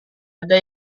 ada